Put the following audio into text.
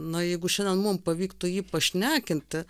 na jeigu šiandien mum pavyktų jį pašnekinti